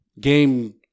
game